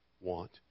want